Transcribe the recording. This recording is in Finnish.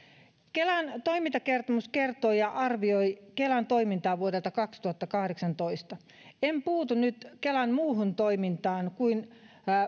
kelan toimintakertomus kertoo ja arvioi kelan toimintaa vuodelta kaksituhattakahdeksantoista en puutu nyt kelan muuhun toimintaan kuin